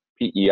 PEI